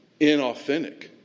inauthentic